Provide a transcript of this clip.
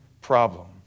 problem